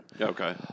Okay